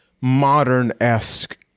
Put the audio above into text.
modern-esque